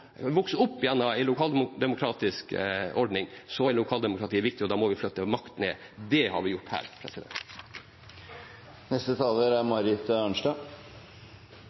vokser opp i en lokaldemokratisk ordning, er lokaldemokratiet viktig, og da må vi flytte makt nedover. Det har vi gjort her.